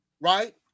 right